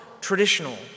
traditional